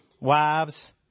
wives